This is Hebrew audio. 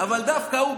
אבל דווקא הוא,